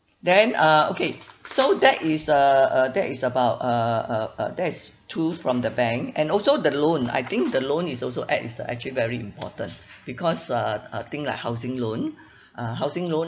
then uh okay so that is uh uh that is about uh uh uh that is tools from the bank and also the loan I think the loan is also act is a actually very important because uh uh think like housing loan uh housing loan